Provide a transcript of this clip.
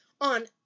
on